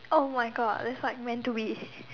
oh my God it's like meant to be